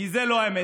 כי זאת לא האמת.